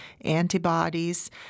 antibodies